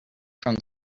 from